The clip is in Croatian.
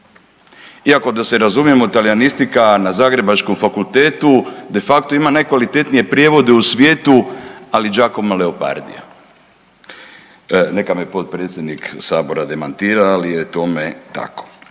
Iako da se razumijemo, talijanistika na zagrebačkom fakultetu de facto ima najkvalitetnije prijevode u svijetu, ali …/Govornik se ne razumije/…. Neka me potpredsjednik sabora demantira, ali je tome tako.